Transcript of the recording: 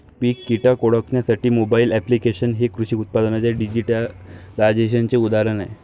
पीक कीटक ओळखण्यासाठी mobile applications हे कृषी उत्पादनांच्या डिजिटलायझेशनचे उदाहरण आहे